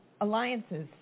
alliances